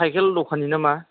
cycle दखानि नामा